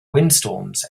windstorms